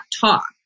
talk